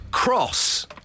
Cross